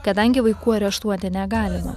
kadangi vaikų areštuoti negalima